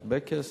הרבה כסף,